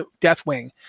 Deathwing